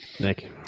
Nick